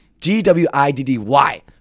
G-W-I-D-D-Y